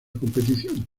competición